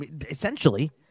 essentially